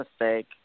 mistake